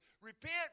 repent